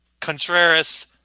Contreras